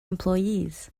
employees